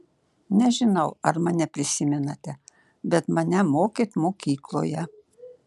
nežinau ar mane prisimenate bet mane mokėt mokykloje